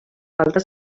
falta